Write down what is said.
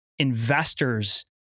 investors